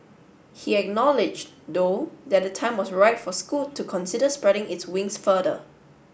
he acknowledged though that the time was right for Scoot to consider spreading its wings further